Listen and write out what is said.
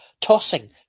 tossing